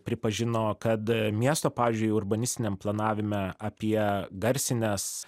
pripažino kad miesto pavyzdžiui urbanistiniam planavime apie garsines